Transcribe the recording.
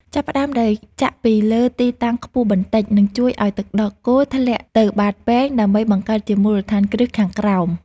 ចាប់ផ្តើមដោយចាក់ពីលើទីតាំងខ្ពស់បន្តិច នឹងជួយឱ្យទឹកដោះគោធ្លាក់ទៅបាតពែងដើម្បីបង្កើតជាមូលដ្ឋានគ្រឹះខាងក្រោម។